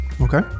Okay